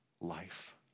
life